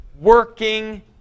working